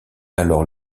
alors